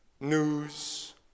news